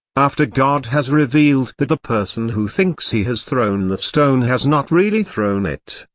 after god has revealed that the person who thinks he has thrown the stone has not really thrown it,